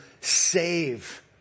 save